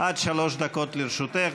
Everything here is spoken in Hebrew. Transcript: עד שלוש דקות לרשותך.